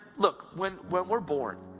look, when when we're born